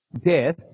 Death